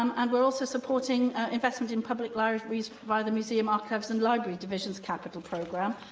um and we're also supporting investment in public libraries via the museums, archives and libraries division's capital programme.